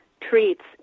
treats